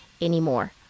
anymore